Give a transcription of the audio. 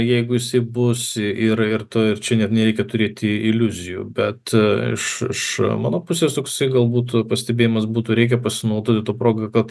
jeigu jisai bus ir ir ir to ir čia net nereikia turėti iliuzijų bet iš iš mano pusės toksai gal būtų pastebėjimas būtų reikia pasinaudoti ta proga kad